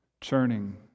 churning